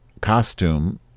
costume